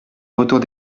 retours